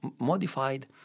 modified